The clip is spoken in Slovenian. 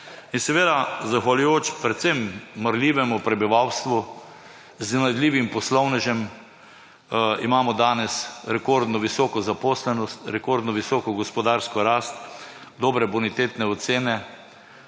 In seveda zahvaljujoč predvsem marljivemu prebivalstvu, iznajdljivim poslovnežem imamo danes rekordno visoko zaposlenost, rekordno visoko gospodarsko rast, dobre bonitetne ocene,